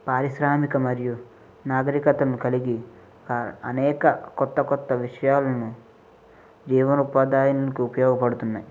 పారిశ్రామిక మరియు నాగరికతను కలిగి అనేక కొత్త కొత్త విషయాలను జీవనోపాదులకు ఉపయోగపడుతున్నాయి